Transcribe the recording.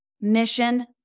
Mission